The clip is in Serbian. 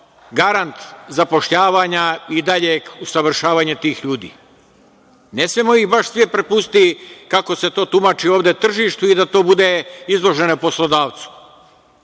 garant zapošljavanja i daljeg usavršavanja tih ljudi. Ne smemo ih baš prepustiti, kako se to tumači ovde, tržištu i da to bude izloženo poslodavcu. To